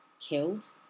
killed